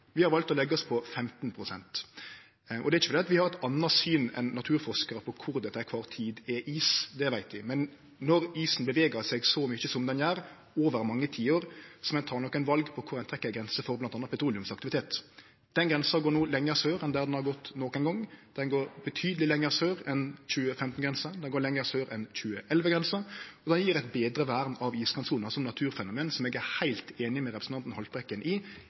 Vi har valt å leggje oss på 15 pst. Det er ikkje fordi vi har eit anna syn enn naturforskarar på kvar det til kvar tid er is, for det veit vi. Men når isen bevegar seg så mykje som han gjer, over mange tiår, må ein ta nokre val om kvar ein trekkjer ei grense for bl.a. petroleumsaktivitet. Den grensa går no lenger sør enn ho har gått nokon gong. Ho går betydeleg lenger sør enn 2015-grensa, ho går lenger sør enn 2011-grensa, og det gjev eit betre vern av iskantsona som naturfenomen, som eg er heilt einig med representanten Haltbrekken i